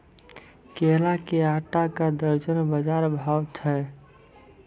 केला के आटा का दर्जन बाजार भाव छ?